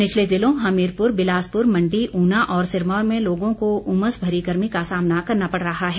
निचले जिलों हमीरपुर बिलासपुर मंडी ऊना और सिरमौर में लोगों को उमस भरी गर्मी का सामना करना पड़ रहा है